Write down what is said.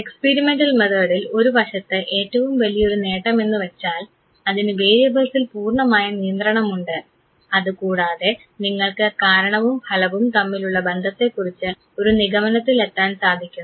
experimental മെത്തേഡിൽ ഒരു വശത്ത് ഏറ്റവും വലിയൊരു നേട്ടം എന്നുവച്ചാൽ അതിന് വേരിയബിൾസിൽ പൂർണമായ നിയന്ത്രണമുണ്ട് അതു കൂടാതെ നിങ്ങൾക്ക് കാരണവും ഫലവും തമ്മിലുള്ള ബന്ധത്തെക്കുറിച്ച് ഒരു നിഗമനത്തിൽ എത്താൻ സാധിക്കുന്നു